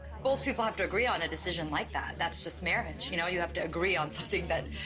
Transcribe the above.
both people have to agree on a decision like that, that's just marriage, you know? you have to agree on something that